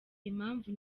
impamvu